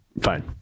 fine